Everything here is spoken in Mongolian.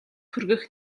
хүргэх